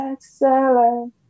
Excellent